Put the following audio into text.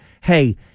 hey